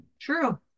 True